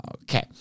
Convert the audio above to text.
Okay